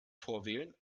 vorwählen